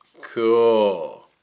Cool